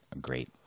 great